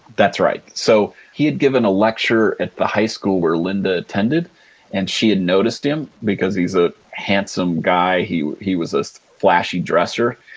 that's right. so he had given a lecture at the high school where linda attended and she had noticed him because he's a handsome guy. he he was a so flashy dresser.